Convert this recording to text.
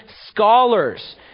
scholars